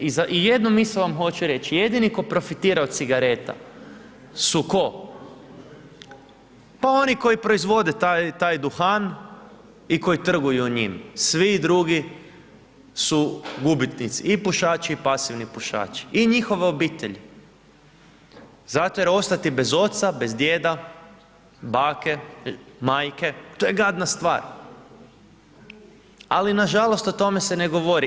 I jednu misao vam hoću reći, jedini tko profitira od cigareta su tko?, pa oni koji proizvode taj, taj duhan i koji trguju njim, svi drugi su gubitnici, i pušači, i pasivni pušači, i njihove obitelji, zato jer ostati bez oca, bez djeda, bake, majke, to je gadna stvar, ali nažalost o tome se ne govori.